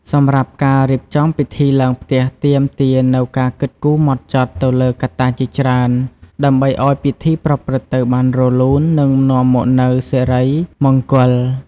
សម្រាប់ការរៀបចំពិធីឡើងផ្ទះទាមទារនូវការគិតគូរហ្មត់ចត់ទៅលើកត្តាជាច្រើន ដើម្បីឲ្យពិធីប្រព្រឹត្តទៅបានរលូន និងនាំមកនូវសិរីមង្គល។